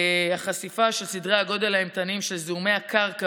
החשיפה של סדרי הגודל האימתניים של זיהומי הקרקע